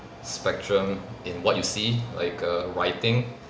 spectrum in what you see like err writing